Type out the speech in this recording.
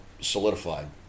solidified